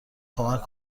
کمک